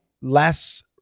less